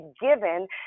given